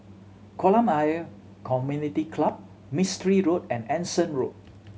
Kolam Ayer Community Club Mistri Road and Anson Road